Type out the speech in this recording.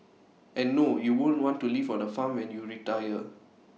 and no you won't want to live on A farm when you retire